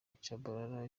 tshabalala